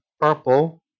purple